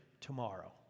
tomorrow